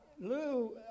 lou